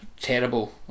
terrible